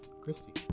Christy